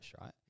right